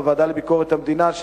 בוועדה לביקורת המדינה,